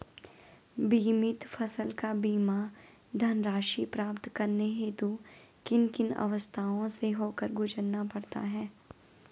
बीमित फसल का बीमा धनराशि प्राप्त करने हेतु किन किन अवस्थाओं से होकर गुजरना पड़ता है?